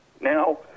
Now